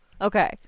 Okay